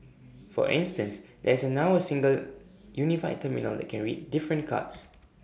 for instance there's now A single unified terminal that can read different cards